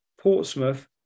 Portsmouth